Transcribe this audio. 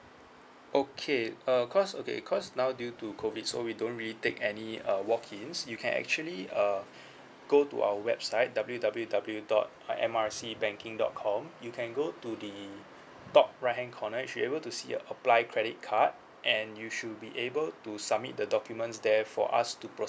okay uh cause okay cause now due to COVID so we don't really take any uh walk ins you can actually uh go to our website W W W dot I M R C banking dot com you can go to the top right hand corner you should be able to see a apply credit card and you should be able to submit the documents there for us to